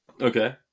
Okay